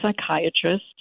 psychiatrist